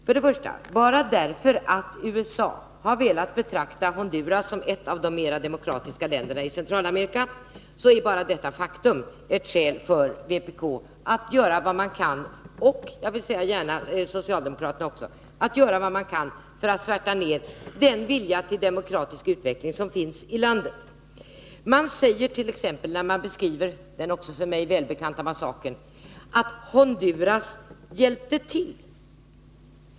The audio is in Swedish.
Bara det faktum att USA har velat betrakta Honduras som ett av de mera demokratiska länderna i Centralamerika är ett skäl för vpk och socialdemokraterna att göra vad de kan för att svärta ned den vilja till demokratisk utveckling som finns i landet. De säger t.ex. när de beskriver den också för mig välbekanta massakern att Honduras ”hjälpte till”.